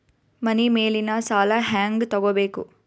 ಮನಿ ಮೇಲಿನ ಸಾಲ ಹ್ಯಾಂಗ್ ತಗೋಬೇಕು?